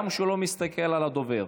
גם כשהוא לא מסתכל על הדובר.